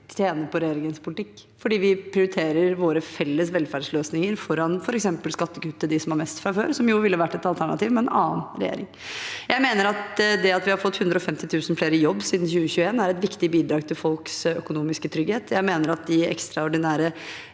tjener på regjeringens politikk, fordi vi prioriterer våre felles velferdsløsninger foran f.eks. skattekutt til dem som har mest fra før, som jo ville vært et alternativ med en annen regjering. Jeg mener at det at vi har fått 150 000 flere i jobb siden 2021, er et viktig bidrag til folks økonomiske trygghet. Jeg mener at de ekstraordinære